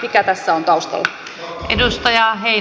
mikä tässä on taustalla